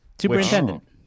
superintendent